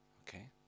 Okay